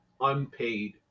unpaid